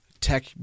tech